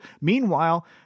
Meanwhile